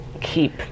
keep